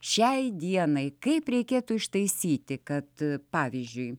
šiai dienai kaip reikėtų ištaisyti kad pavyzdžiui